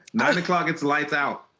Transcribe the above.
nine o'clock, it's lights out,